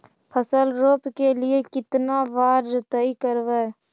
फसल रोप के लिय कितना बार जोतई करबय?